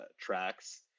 tracks